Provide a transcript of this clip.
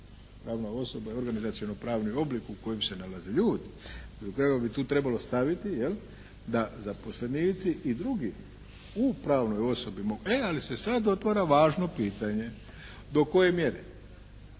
Pravna osoba je organizacioni pravni oblik u kojem se nalaze ljude i na kraju bi tu trebalo staviti jel', da zaposlenici i drugi u pravnoj osobi, e ali se sada otvara važno pitanje, do koje mjere.